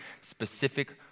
specific